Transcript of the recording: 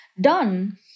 done